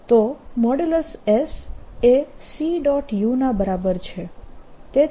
તો |S| એ c